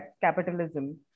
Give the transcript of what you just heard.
capitalism